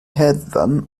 hedfan